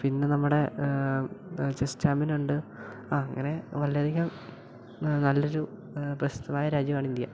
പിന്നെ നമ്മുടെ ചെസ് ചാമ്പ്യനുണ്ട് ആ അങ്ങനെ വളരെയധികം നല്ലൊരു പ്രശസ്തമായ രാജ്യമാണ് ഇന്ത്യ